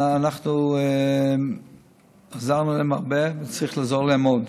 אנחנו עזרנו להם הרבה, וצריך לעזור להם עוד.